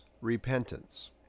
Repentance